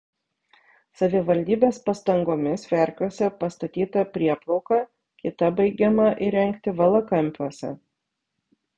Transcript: savivaldybės pastangomis verkiuose pastatyta prieplauka kita baigiama įrengti valakampiuose